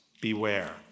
Beware